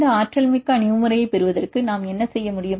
இந்த ஆற்றல்மிக்க அணுகுமுறையைப் பெறுவதற்கு நாம் என்ன செய்ய முடியும்